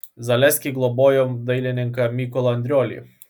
zaleskiai globojo dailininką mykolą andriolį